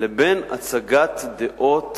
לבין הצגת דעות